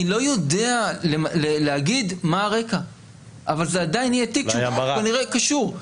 לא יודע להגיד מה הרקע אבל עדיין זה כנראה קשור.